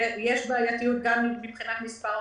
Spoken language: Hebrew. יש בעייתיות גם מבחינת מספר הרישיונות,